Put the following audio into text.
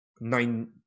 nine